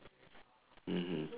mmhmm